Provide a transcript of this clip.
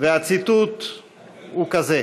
והציטוט הוא כזה: